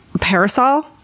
parasol